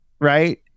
right